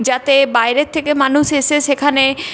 যাতে বাইরের থেকে মানুষ এসে সেখানে